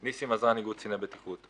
ניסים עזרן, איגוד קצין הבטיחות.